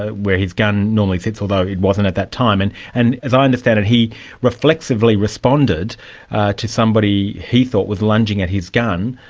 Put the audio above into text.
ah where his gun normally sits, although it wasn't at that time, and and as i understand it he reflexively responded to somebody he thought was lunging at his gun.